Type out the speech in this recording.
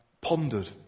pondered